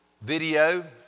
video